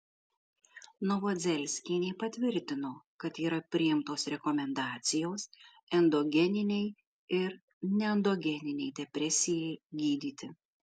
novodzelskienė patvirtino kad yra priimtos rekomendacijos endogeninei ir neendogeninei depresijai gydyti